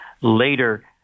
later